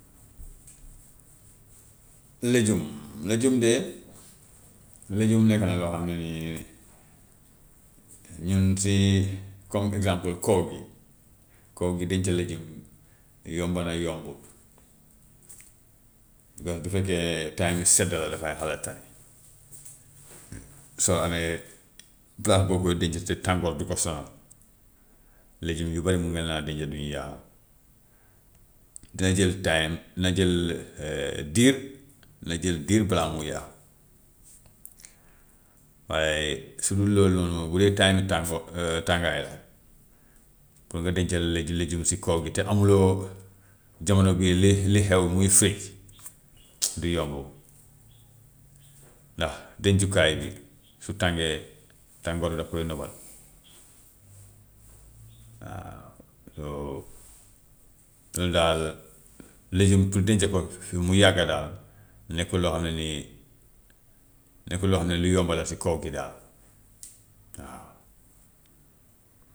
Lejum, lejum de, lejum nekk na loo xam ne nii ñun si comme exemple kow gi, kow gi denc lejum yomb na yombut, ndax bu fekkee time yu sedda la dafay xaw a tane. Soo amee palaas boo koy denc te tàngoor du ko sonal, lejum yu bari mun ngeen laa denc du ñu yàqu, dina jël time, na jël diir na jël diir balaa muy yàqu. Waaye su dul loolu noonu moom bu dee time mi tàngoo tàngaay la pour nga denc le- lejum si kow gi te amuloo jamono bii li li xew muy fridge du yomb, ndax dencukaay bi su tàngee tàngoor bi daf koy nëbal. Waaw loolu daal lejum pour denc ko mu yàgga daal nekkul loo xam ne nii nekkul loo xam ne lu yomb la si kow gi daal waaw.